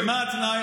ומה התנאי?